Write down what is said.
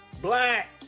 black